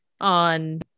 on